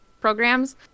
programs